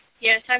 Yes